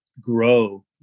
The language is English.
grow